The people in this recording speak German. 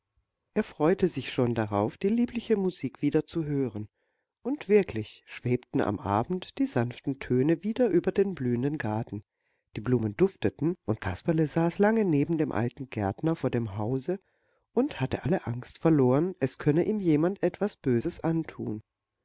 er freute sich schon darauf die liebliche musik wieder zu hören und wirklich schwebten am abend die sanften töne wieder über den blühenden garten die blumen dufteten und kasperle saß lange neben dem alten gärtner vor dem hause und hatte alle angst verloren es könne ihm jemand etwas böses antun